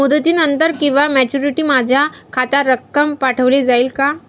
मुदतीनंतर किंवा मॅच्युरिटी माझ्या खात्यात रक्कम पाठवली जाईल का?